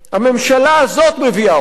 הממשלה הזאת מביאה אותם,